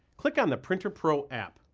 click on the printer pro app.